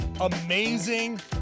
amazing